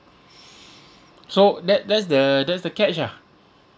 so that that's the that's the catch ah